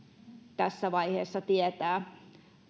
tässä vaiheessa tietää